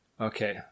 Okay